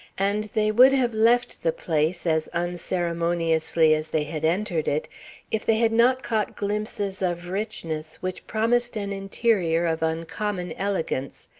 and they would have left the place as unceremoniously as they had entered it if they had not caught glimpses of richness which promised an interior of uncommon elegance,